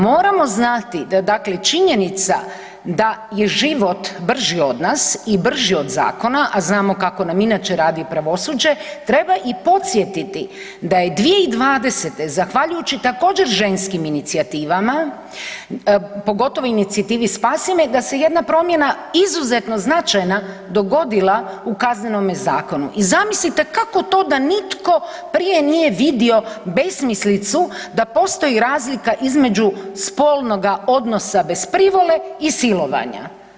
Moramo znati da dakle činjenica da je život brži od nas i brži od zakona, a znamo kako nam inače radi pravosuđe, treba i podsjetiti da je 2020. zahvaljujući, također, ženskim inicijativama, pogotovo inicijativi Spasi me, da se jedna promjena, izuzetno značajna, dogodila u Kaznenome zakonu i zamislite kako to da nitko prije nije vidio besmislicu da postoji razlika između spolnoga odnosa bez privole i silovanja.